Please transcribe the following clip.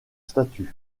statut